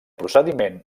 procediment